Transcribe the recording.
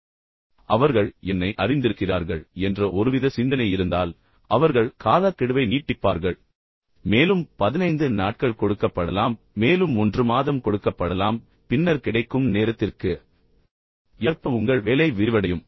ஆனால் அவர்கள் என்னை அறிந்திருக்கிறார்கள் என்று நீங்கள் ஒருவித சிந்தனை இருந்தால் அவர்கள் காலக்கெடுவை நீட்டிப்பார்கள் மேலும் 15 நாட்கள் கொடுக்கப்படலாம் மேலும் 1 மாதம் கொடுக்கப்படலாம் பின்னர் கிடைக்கும் நேரத்திற்கு ஏற்ப உங்கள் வேலை விரிவடையும்